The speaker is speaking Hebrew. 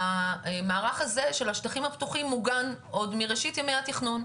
המערך הזה של השטחים הפתוחים מוגן עוד מראשית ימי התכנון,